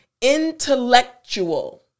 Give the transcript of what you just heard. Intellectual